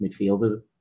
midfielder